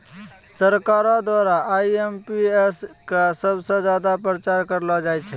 सरकारो द्वारा आई.एम.पी.एस क सबस ज्यादा प्रचार करलो जाय छै